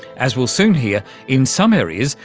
as we'll soon hear, in some areas,